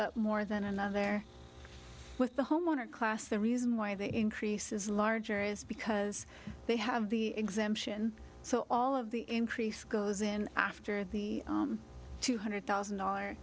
up more than another with the homeowner class the reason why the increase is larger is because they have the exemption so all of the increase goes in after the two hundred thousand